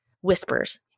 whispers